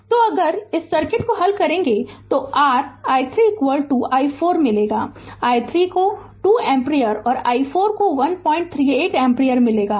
Refer Slide Time 3636 तो अगर इस सर्किट को हल करेंगे तो r i3 i4 मिलेगा i3 को 2 एम्पीयर और i4 138 एम्पीयर मिलेगा